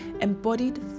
embodied